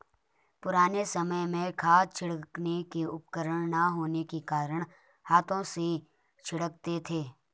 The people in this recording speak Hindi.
पुराने समय में खाद छिड़कने के उपकरण ना होने के कारण हाथों से छिड़कते थे